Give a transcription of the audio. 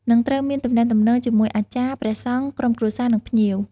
និងត្រូវមានទំនាក់ទំនងជាមួយអាចារ្យ ព្រះសង្ឃ ក្រុមគ្រួសារ និងភ្ញៀវ។